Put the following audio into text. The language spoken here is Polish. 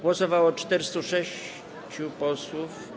Głosowało 406 posłów.